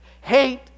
Hate